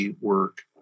work